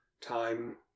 time